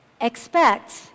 Expect